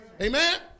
Amen